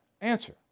answer